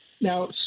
Now